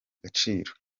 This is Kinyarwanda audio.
gaciro